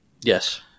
Yes